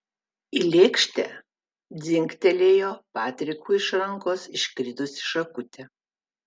į lėkštę dzingtelėjo patrikui iš rankos iškritusi šakutė